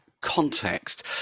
context